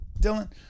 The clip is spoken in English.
Dylan